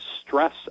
stress